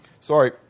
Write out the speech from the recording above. sorry